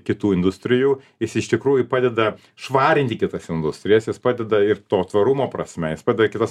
kitų industrijų jis iš tikrųjų padeda švarinti kitas industrijas jis padeda ir to tvarumo prasme jis padeda kitas